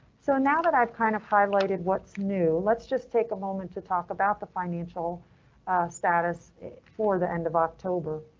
so now that i've kind of highlighted what's new, let's just take a moment to talk about the financial status for the end of october.